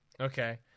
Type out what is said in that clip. Okay